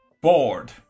Bored